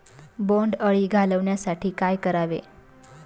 बोंडअळी घालवण्यासाठी काय करावे?